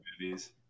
movies